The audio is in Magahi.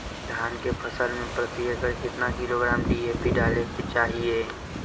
धान के फसल में प्रति एकड़ कितना किलोग्राम डी.ए.पी डाले के चाहिए?